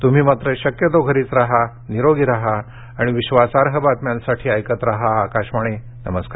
तुम्ही मात्र शक्यतो घरीच राहा निरोगी राहा आणि विश्वासार्ह बातम्यांसाठी ऐकत राहा आकाशवाणी नमस्कार